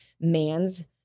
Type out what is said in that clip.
man's